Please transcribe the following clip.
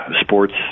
sports